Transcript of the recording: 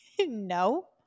No